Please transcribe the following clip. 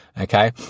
okay